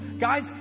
Guys